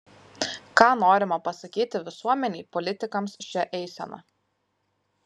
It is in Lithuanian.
ką norima pasakyti visuomenei politikams šia eisena